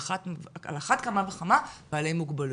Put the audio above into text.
על אחת כמה וכמה בעלי מוגבלויות.